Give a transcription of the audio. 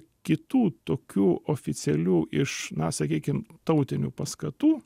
kitų tokių oficialių iš na sakykim tautinių paskatų